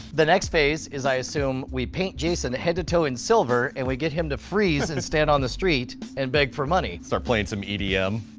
the next phase is, i assume, we paint jason head-to-toe and silver and we get him to freeze and stand on the street and beg for money. start playing some edm. um